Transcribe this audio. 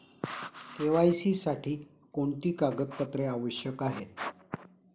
KYC साठी कोणती कागदपत्रे आवश्यक आहेत?